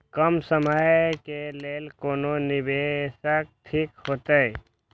कम समय के लेल कोन निवेश ठीक होते?